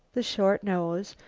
the short nose,